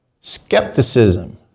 skepticism